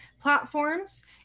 platforms